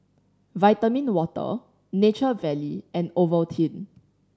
Vitamin Water Nature Valley and Ovaltine